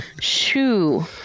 Shoo